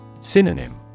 Synonym